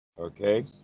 Okay